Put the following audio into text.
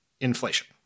inflation